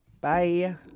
bye